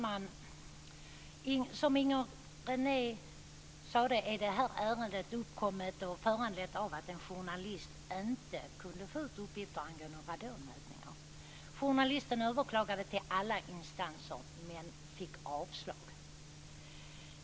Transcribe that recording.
Fru talman! Som Inger René sade är det här ärendet föranlett av att en journalist inte kunde få ut uppgifter om radonmätningar. Journalisten överklagade till alla instanser, men fick avslag.